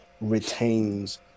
retains